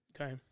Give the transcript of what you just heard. Okay